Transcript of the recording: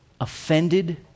offended